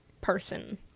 person